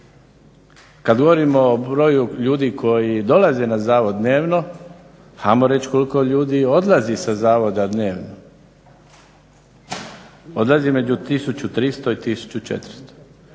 Kad govorimo o broju ljudi koji dolaze na zavod dnevno, ajmo reć koliko ljudi odlazi sa zavoda dnevno, odlazi između 1300 i 1400.